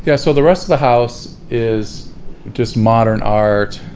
yeah so the rest of the house is just modern art,